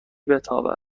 بتابیم